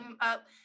up